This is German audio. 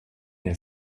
der